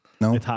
No